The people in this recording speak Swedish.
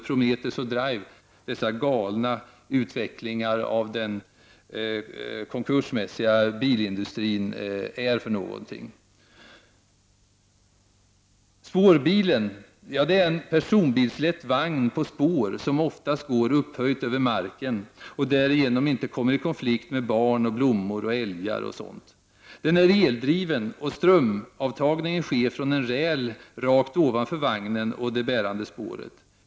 Prometheusoch Drive-projekten är galna utvecklingar inom den konkursmässiga bilindustrin. Spårbilen är en personbilslätt vagn på spår som oftast går upphöjt över marken. Därigenom kommer den inte i konflikt med barn, blommor, älgar etc. Spårbilen är eldriven, och strömavtagningen sker från en räl rakt ovanför vagnen och det bärande spåret.